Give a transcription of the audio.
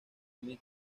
mick